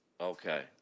Okay